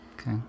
okay